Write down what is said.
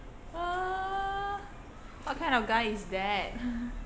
!huh! what kind of guy is that